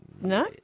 No